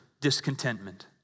discontentment